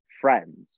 friends